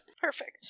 Perfect